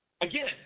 Again